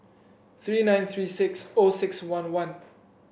three nine three six O six one one